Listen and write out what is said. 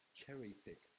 cherry-pick